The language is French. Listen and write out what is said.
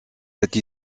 cette